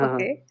Okay